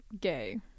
Gay